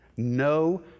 No